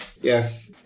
yes